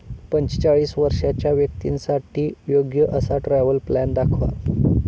पंचेचाळीस वर्षांच्या व्यक्तींसाठी योग्य असा ट्रॅव्हल प्लॅन दाखवा